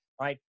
Right